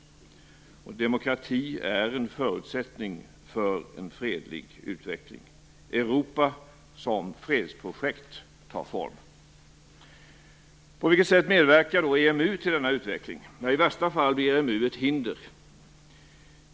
Demokrati är en förutsättning för en fredlig utveckling. Europa som fredsprojekt tar form. På vilket sätt medverkar då EMU till denna utveckling? Ja, i värsta fall blir EMU ett hinder.